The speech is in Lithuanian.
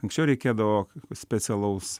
anksčiau reikėdavo specialaus